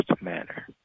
manner